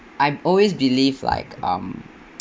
I always believe like um